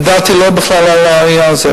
לדעתי בכלל לא על העניין הזה,